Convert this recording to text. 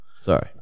Sorry